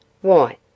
Why